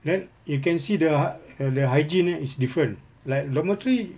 then you can see the hy~ err the hygiene is different like dormitory